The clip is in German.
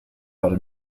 hatte